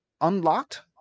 unlocked